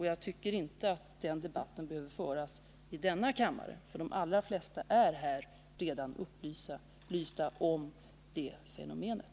Jag tycker inte att den debatten behöver föras här i kammaren. De flesta ledamöter är redan upplysta om det fenomenet.